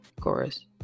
chorus